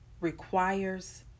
requires